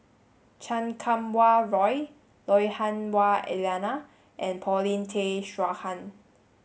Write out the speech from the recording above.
Chan Kum Wah Roy Lui Hah Wah Elena and Paulin Tay Straughan